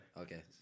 Okay